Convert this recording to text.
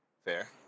Fair